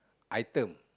item